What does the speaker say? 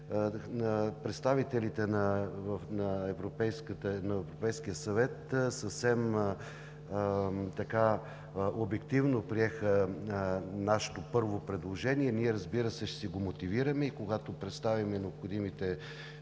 Представителите на Европейския съвет съвсем обективно приеха нашето първо предложение. Ние, разбира се, ще си го мотивираме и когато представим необходимите